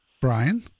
Brian